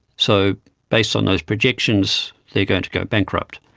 so based on those projections they are going to go bankrupt.